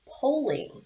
polling